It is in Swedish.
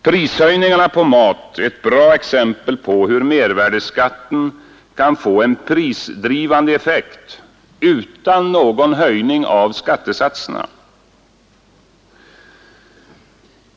Prishöjningarna på mat är ett bra exempel på hur mervärdeskatten kan få en prisdrivande effekt utan någon höjning av skattesatserna.